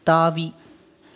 தாவி